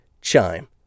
Chime